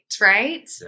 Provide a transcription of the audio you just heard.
right